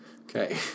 Okay